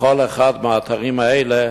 לכל אחד מהאתרים האלה,